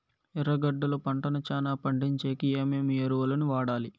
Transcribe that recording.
ఎర్రగడ్డలు పంటను చానా పండించేకి ఏమేమి ఎరువులని వాడాలి?